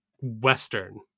Western